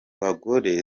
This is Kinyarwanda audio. bagore